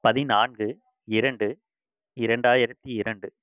பதினான்கு இரண்டு இரண்டாயிரத்தி இரண்டு